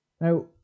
Now